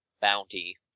bounty